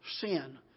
Sin